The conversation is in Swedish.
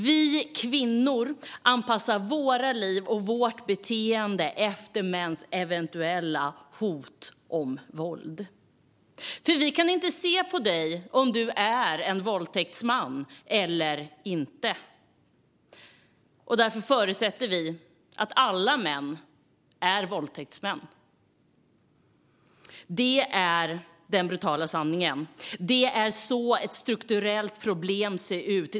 Vi kvinnor anpassar våra liv och vårt beteende efter mäns eventuella hot om våld. För vi kan inte se på dig om du är en våldtäktsman eller inte. Därför förutsätter vi att alla män är våldtäktsmän. Det är den brutala sanningen. Det är så ett strukturellt problem ser ut.